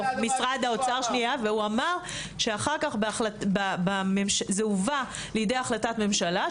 משרד האוצר ואמר שזה הובא לידי החלטת ממשלה,